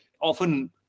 often